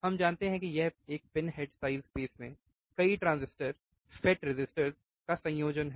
हम जानते हैं कि यह एक पिन हेड साइज़ स्पेस में कई ट्रांजिस्टर FET रेसिस्टर्स का संयोजन है